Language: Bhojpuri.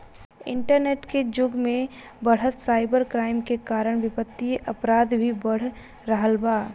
इंटरनेट के जुग में बढ़त साइबर क्राइम के कारण वित्तीय अपराध भी बढ़ रहल बा